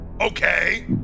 Okay